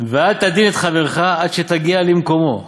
ואל תדון את חברך עד שתגיע למקומו,